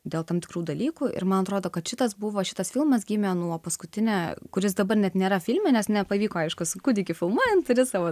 dėl tam tikrų dalykų ir man atrodo kad šitas buvo šitas filmas gimė nuo paskutinę kuris dabar net nėra filme nes nepavyko aišku kūdikiu filmuojant turi savo